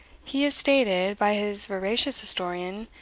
he is stated, by his veracious historian,